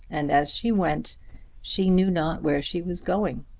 and as she went she knew not where she was going.